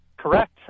Correct